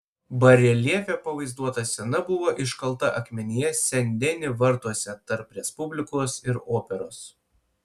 bareljefe pavaizduota scena buvo iškalta akmenyje sen deni vartuose tarp respublikos ir operos